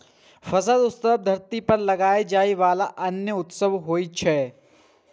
फसल उत्सव धरती पर उगाएल जाइ बला अन्नक उत्सव होइ छै